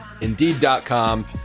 Indeed.com